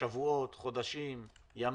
שבועות, חודשים, ימים?